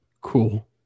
Cool